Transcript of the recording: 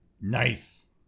Nice